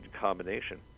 combination